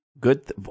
good